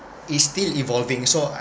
is still evolving so I